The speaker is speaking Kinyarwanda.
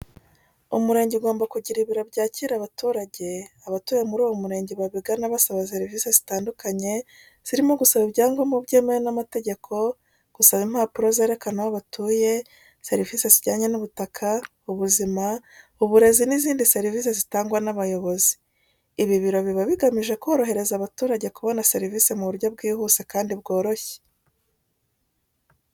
Umurenge ugomba kugira ibiro byakira abaturage, abatuye muri uwo murenge babigana basaba serivise zitandukanye zirimo gusaba ibyangombwa byemewe n'amategeko, gusaba impapuro zerekana aho batuye, serivise zijyanye n'ubutaka, ubuzima, uburezi n'izindi serivise zitangwa n'abayobozi. Ibi biro biba bigamije korohereza abaturage kubona serivise mu buryo bwihuse kandi bworoshye.